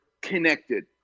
connected